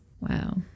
Wow